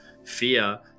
fear